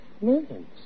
millions